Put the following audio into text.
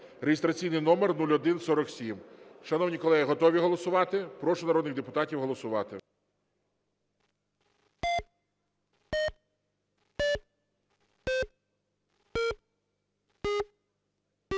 (реєстраційний номер 0147). Шановні колеги, готові голосувати? Прошу народних депутатів голосувати.